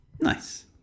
nice